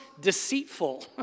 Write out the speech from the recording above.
deceitful